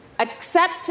Accept